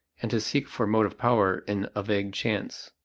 and to seek for motive power in a vague chance.